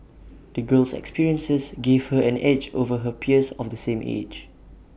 the girl's experiences gave her an edge over her peers of the same age